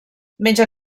menja